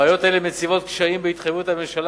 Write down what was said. בעיות אלה מציבות קשיים בהתחייבות הממשלה